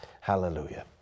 hallelujah